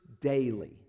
daily